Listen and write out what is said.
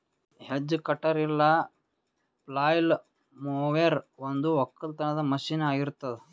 hedge cutter ಇಲ್ಲ flail mower ಒಂದು ಒಕ್ಕಲತನದ ಮಷೀನ್ ಆಗಿರತ್ತುದ್